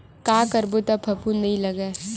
का करबो त फफूंद नहीं लगय?